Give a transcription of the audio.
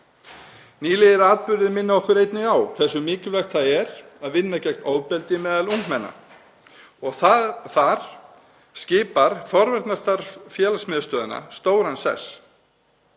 Nýlegir atburðir minna okkur einnig á hversu mikilvægt það er að vinna gegn ofbeldi meðal ungmenna. Þar skipar forvarnastarf félagsmiðstöðvanna stóran sess.